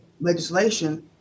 legislation